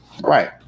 right